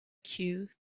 queue